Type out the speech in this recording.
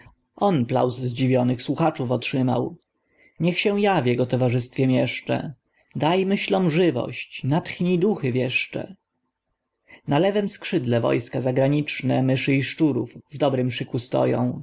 zdziwionych słuchaczów otrzymał niech się ja w jego towarzystwie mieszczę daj myślom żywność natchnij duchy wieszcze na lewem skrzydle wojska zagraniczne myszy i szczurów w dobrym szyku stoją